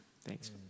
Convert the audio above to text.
Thanks